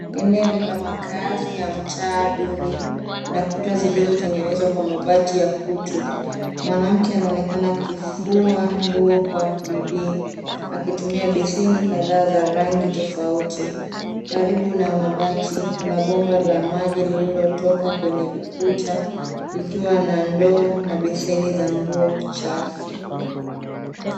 Eneo la makazi ya mtaa duni na kuta zilizotegenezwa na mabati ya kutu. Mwanamke anaonekana akifua nguo kwa bidii, akitumia baseni kadhaa za rangi tofauti. Karibu na mabati kuna bomba la maji lililotoka kwenye ukuta, likiwa na ndoo na baseni za nguo chafu.